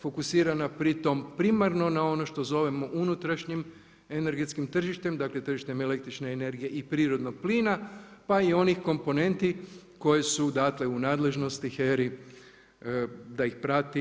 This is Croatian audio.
Fokusirana pritom primarno na ono što zovemo unutrašnjim energetskim tržištem, dakle, tržište električne energije i prirodnog plina, pa i onih komponenti koji su u nadležnosti HERA-i, da ih prati.